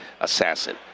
assassin